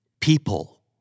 People